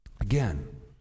Again